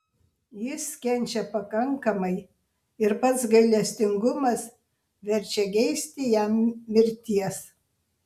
jis kenčia pakankamai ir pats gailestingumas verčia geisti jam mirties